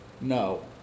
no